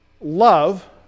Love